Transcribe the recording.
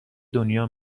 دنیا